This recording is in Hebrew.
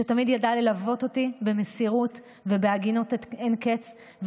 שתמיד ידעה ללוות אותי במסירות ובהגינות אין קץ,